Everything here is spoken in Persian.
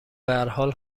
بحرحال